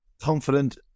Confident